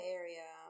area